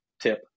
tip